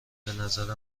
بنظر